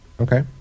Okay